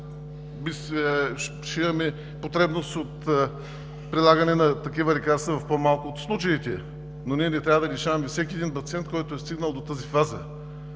ще има потребност от прилагане на такива лекарства в по-малко от случаите. Не трябва обаче да лишаваме нито един пациент, който е достигнал до тази фаза.